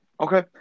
Okay